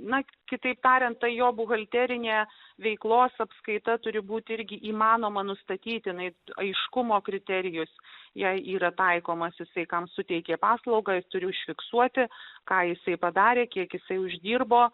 na kitaip tariant tą jo buhalterinės veiklos apskaita turi būti irgi įmanoma nustatytinais aiškumo kriterijus jei yra taikomasis sveikam suteikia paslaugas turi užfiksuoti ką jisai padarė kiek jisai uždirbo